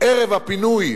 ערב הפינוי,